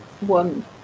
one